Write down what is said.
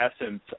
essence